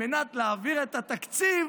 על מנת להעביר את התקציב,